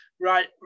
right